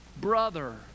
brother